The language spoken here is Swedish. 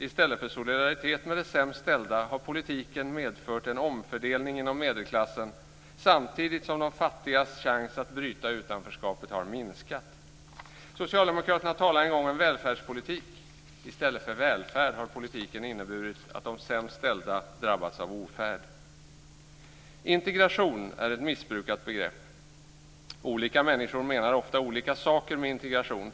I stället för solidaritet med de sämst ställda har politiken medfört en omfördelning inom medelklassen, samtidigt som de fattigas chans att bryta utanförskapet har minskat. Socialdemokraterna talade en gång om välfärdspolitik. I stället för välfärd har politiken inneburit att de sämst ställda drabbats av ofärd. Integration är ett missbrukat begrepp. Olika människor menar ofta olika saker med integration.